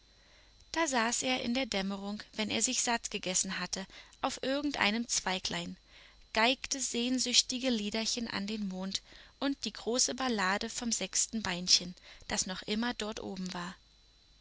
da saß er in der dämmerung wenn er sich satt gegessen hatte auf irgendeinem zweiglein geigte sehnsüchtige liederchen an den mond und die große ballade vom sechsten beinchen das noch immer dort oben war